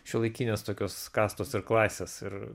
šiuolaikinės tokios kastos ir klasės ir